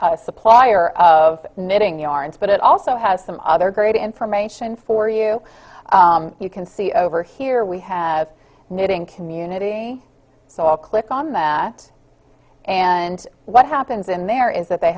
a supplier of knitting yarns but it also has some other great information for you you can see over here we have knitting community so i'll click on that and what happens in there is that they